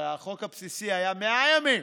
הרי החוק הבסיסי היה 100 ימים